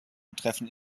betreffen